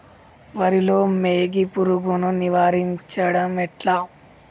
వరిలో మోగి పురుగును నివారించడం ఎట్లా?